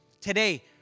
Today